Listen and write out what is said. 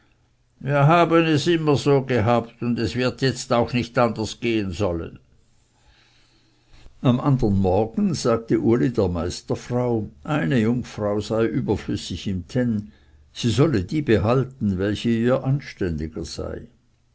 wir haben es immer so gehabt und es wird jetzt auch nicht anders gehen sollen am andern morgen sagte uli der meisterfrau eine jungfrau sei überflüssig im tenn sie solle die behalten welche ihr anständiger sei